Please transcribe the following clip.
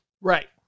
Right